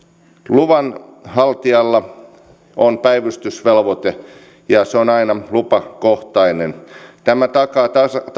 luvanhaltijalla on päivystysvelvoite ja se on aina lupakohtainen tämä takaa